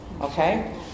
okay